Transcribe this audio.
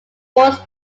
force